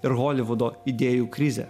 ir holivudo idėjų krizę